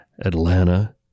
Atlanta